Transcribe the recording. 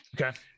Okay